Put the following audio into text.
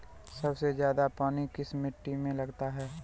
सबसे ज्यादा पानी किस मिट्टी में लगता है?